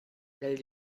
stell